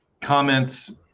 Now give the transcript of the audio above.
comments